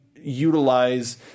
utilize